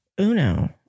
Uno